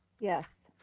yes.